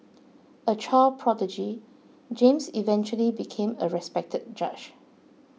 a child prodigy James eventually became a respected judge